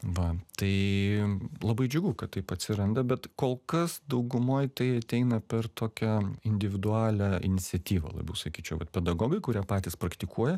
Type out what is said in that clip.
va tai labai džiugu kad taip atsiranda bet kol kas daugumoj tai ateina per tokią individualią iniciatyvą labiau sakyčiau vat pedagogai kurie patys praktikuoja